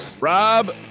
Rob